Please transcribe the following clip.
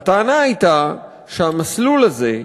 הטענה הייתה שהמסלול הזה,